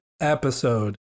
episode